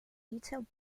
detailed